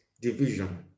division